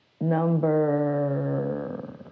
Number